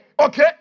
Okay